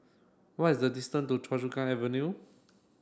what is the distance to Choa Chu Kang Avenue